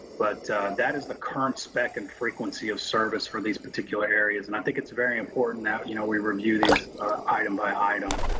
but that is the current spec and frequency of service for these particular areas. and i think it's very important that, you know, we review these item by item.